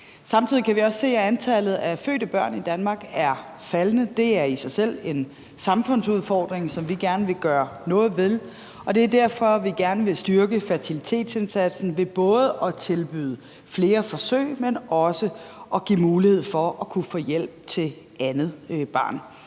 Samtidig kan vi også se, at antallet af fødte børn i Danmark er faldende. Det er i sig selv en samfundsudfordring, som vi gerne vil gøre noget ved, og det er derfor, at vi gerne vil styrke fertilitetsindsatsen ved både at tilbyde flere forsøg, men også at give mulighed for at kunne få hjælp til det andet barn.